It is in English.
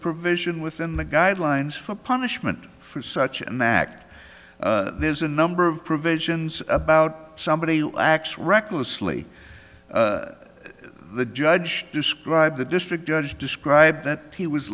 provision within the guidelines for punishment for such an act there's a number of provisions about somebody who acts recklessly the judge described the district judge described that he was